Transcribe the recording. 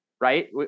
right